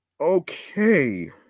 Okay